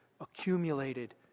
accumulated